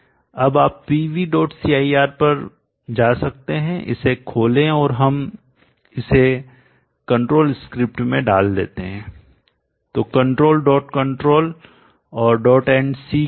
अब आप pvcir पर जा सकते हैं इसे खोलें और हम इसे कंट्रोल नियंत्रण स्क्रिप्ट में डाल दें तो कंट्रोल डॉट कंट्रोल और डॉट एंड सी के बीच